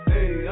Hey